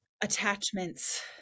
attachments